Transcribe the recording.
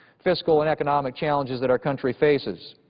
fiscal and economic challenges that our country faces.